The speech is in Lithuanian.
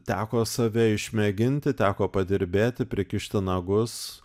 teko save išmėginti teko padirbėti prikišti nagus